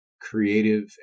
creative